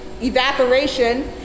evaporation